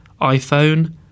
iPhone